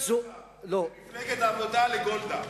ממפלגת העבודה לגולדה.